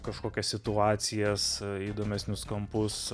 kažkokias situacijas įdomesnius kampus